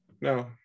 no